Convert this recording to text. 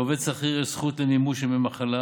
לעובד שכיר יש זכות למימוש ימי מחלה